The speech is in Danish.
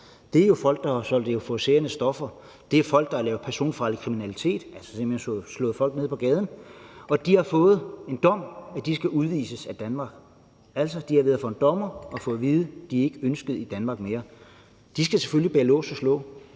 Det er jo folk, der har solgt euforiserende stoffer, det er folk, der har lavet personfarlig kriminalitet, altså simpelt hen slået folk ned på gaden, og de har fået en dom om, at de skal udvises af Danmark. Altså, de har været for en dommer og fået at vide, at de ikke er ønskede i Danmark mere, og de skal selvfølgelig bag lås og slå.